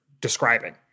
describing